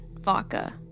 vodka